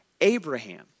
Abraham